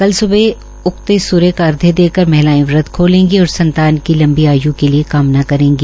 कल सुबह उगते सुर्य का अध्य देकर मिहलाएं व्रत खोलेंगी और संतान की लंबी आयु के लिए कामना करेंगी